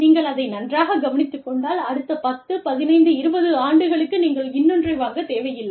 நீங்கள் அதை நன்றாகக் கவனித்துக் கொண்டால் அடுத்த 10 15 20 ஆண்டுகளுக்கு நீங்கள் இன்னொன்றை வாங்கத் தேவையில்லை